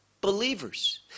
believers